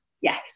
Yes